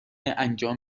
انجام